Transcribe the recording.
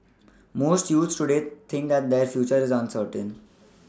most youths today think that their future is uncertain